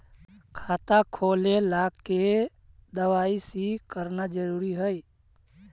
खाता खोले ला के दवाई सी करना जरूरी है?